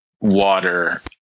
water